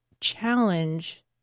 challenge